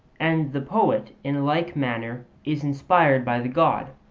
and the poet, in like manner, is inspired by the god.